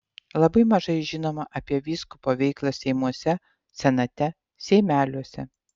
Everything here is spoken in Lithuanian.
labai mažai žinoma apie vyskupo veiklą seimuose senate seimeliuose